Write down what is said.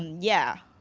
yeah,